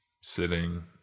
sitting